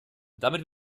damit